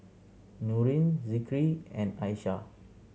Nurin Zikri and Aishah